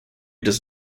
does